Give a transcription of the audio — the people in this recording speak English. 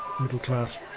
middle-class